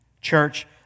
Church